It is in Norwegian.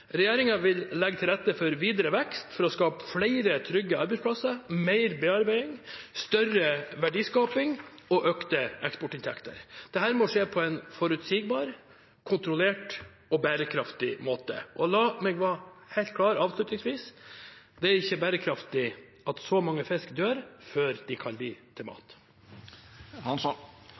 vil legge til rette for videre vekst for å skape flere trygge arbeidsplasser, mer bearbeiding, større verdiskaping og økte eksportinntekter. Dette må skje på en forutsigbar, kontrollert og bærekraftig måte. La meg avslutningsvis være helt klar: Det er ikke bærekraftig at så mange fisk dør før de kan bli til